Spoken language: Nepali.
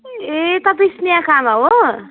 ए तपाईँ स्नेहाको आमा हो